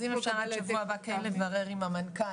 אז אם אפשר לשבוע הבא כן לברר עם המנכ"ל,